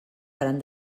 faran